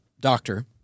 doctor